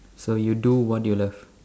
so you do what you love